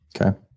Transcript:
Okay